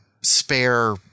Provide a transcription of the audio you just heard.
spare